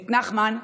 את נחמן,